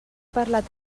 parlat